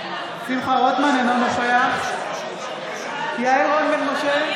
אינו נוכח יעל רון בן משה,